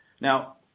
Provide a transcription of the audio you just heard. Now